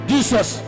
Jesus